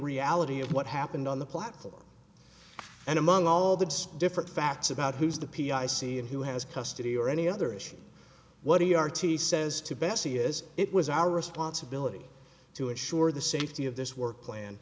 reality of what happened on the platform and among all the different facts about who's the p r c and who has custody or any other issue what do you r t says to betsy is it was our responsibility to assure the safety of this work plan